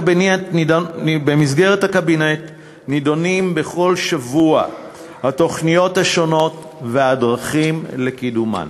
במסגרת הקבינט נדונות בכל שבוע התוכניות השונות והדרכים לקידומן.